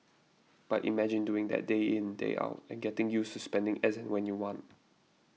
but imagine doing that day in day out and getting used to spending as and when you want